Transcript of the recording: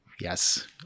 yes